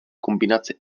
kombinace